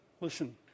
Listen